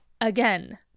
Again